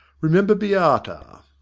remember beata!